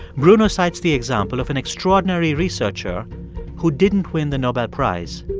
bruno cites the example of an extraordinary researcher who didn't win the nobel prize.